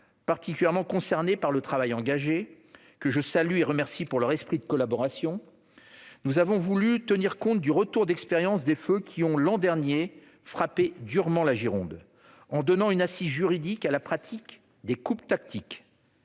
particulièrement concernés par le travail engagé- je les salue et les remercie pour leur esprit de collaboration -, nous avons voulu tenir compte du retour d'expérience des feux qui ont durement frappé la Gironde l'année dernière, en donnant une assise juridique à la pratique des coupes tactiques.